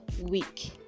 week